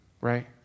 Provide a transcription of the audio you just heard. Right